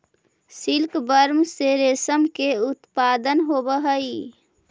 silkworm से रेशम के उत्पादन होवऽ हइ